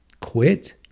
quit